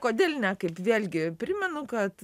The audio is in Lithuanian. kodėl ne kaip vėlgi primenu kad